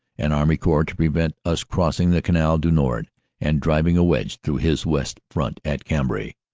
an army corps to prevent us crossing the canal du nord and driving a wedge through his west front at cambrai.